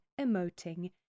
emoting